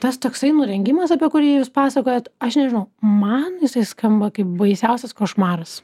tas toksai nurengimas apie kurį jūs pasakojat aš nežinau man jisai skamba kaip baisiausias košmaras